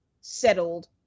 settled